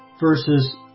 verses